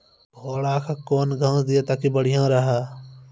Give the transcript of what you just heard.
घोड़ा का केन घास दिए ताकि बढ़िया रहा?